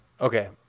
Okay